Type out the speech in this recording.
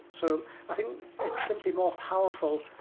so i think it's simply more powerful,